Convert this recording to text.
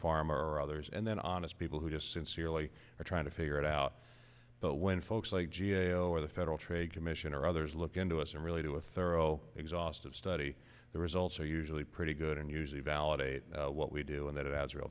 farm or others and then honest people who just sincerely are trying to figure it out but when folks like g a o or the federal trade commission or others look into us and really do a thorough exhaustive study the results are usually pretty good and usually validate what we do and that it has real